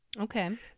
Okay